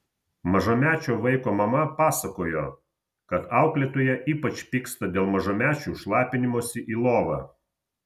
mažamečio vaiko mama pasakojo kad auklėtoja ypač pyksta dėl mažamečių šlapinimosi į lovą